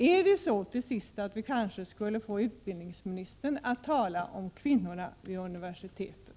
Är det så, till sist, att vi kanske skulle få utbildningsministern att tala om kvinnorna vid universiteten?